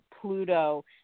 Pluto